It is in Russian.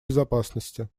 безопасности